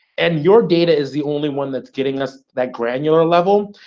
and your data is the only one that's getting us that granular level,